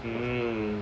mmhmm